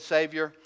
Savior